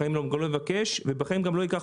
בחיים גם לא יבקש ובחיים גם לא ייקח